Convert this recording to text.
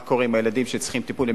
מה קורה עם הילדים שצריכים טיפול?